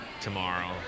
tomorrow